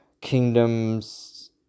kingdoms